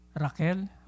Raquel